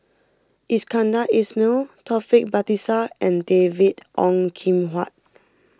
Iskandar Ismail Taufik Batisah and David Ong Kim Huat